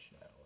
now